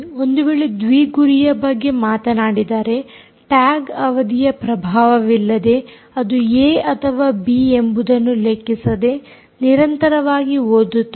ಒಂದು ವೇಳೆ ದ್ವಿ ಗುರಿಯ ಬಗ್ಗೆ ಮಾತನಾಡಿದರೆ ಟ್ಯಾಗ್ ಅವಧಿಯ ಪ್ರಭಾವವಿಲ್ಲದೆ ಅದು ಏ ಅಥವಾ ಬಿ ಎಂಬುದನ್ನು ಲೆಕ್ಕಿಸದೆ ನಿರಂತರವಾಗಿ ಓದುತ್ತದೆ